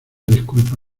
disculpa